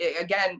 again